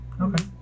Okay